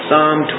Psalm